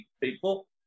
people